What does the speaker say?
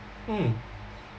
mm